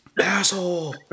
Asshole